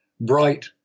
bright